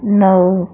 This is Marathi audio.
नऊ